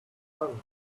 gun